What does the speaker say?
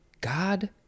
God